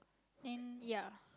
then yeah